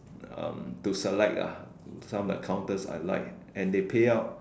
um to select ah some of the counters I like and they pay out